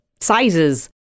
sizes